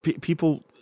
people